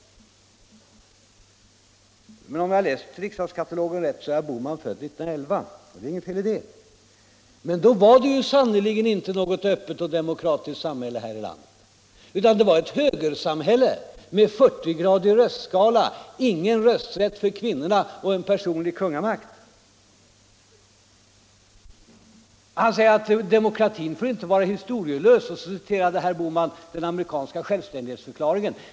Men om jag har läst riks | dagskatalogen rätt så är herr Bohman född 1911. Det är inget fel i det, 49 men då var det sannerligen inte något öppet och demokratiskt samhälle här i landet, utan det var ett högersamhälle med 40-gradig röstskala, ingen rösträtt för kvinnorna, och med en personlig kungamakt. Herr Bohman säger att demokratin inte får vara historielös, och så citerar han den amerikanska självständighetsförklaringen.